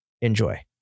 Enjoy